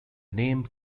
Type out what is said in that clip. name